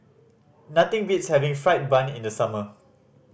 nothing beats having fried bun in the summer